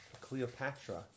Cleopatra